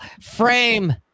frame